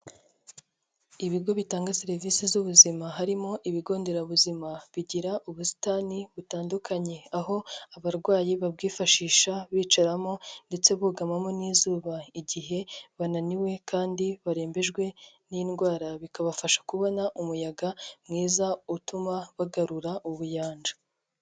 Ibigo bitanga serivisi z'ubuzima harimo ibigo nderabuzima bigira ubusitani butandukanye, aho abarwayi babwifashisha bicaramo ndetse bugamamo n'izuba igihe bananiwe kandi barembejwe n'indwara. Bikabafasha kubona umuyaga mwiza utuma bagarura ubuyanja.